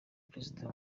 perezida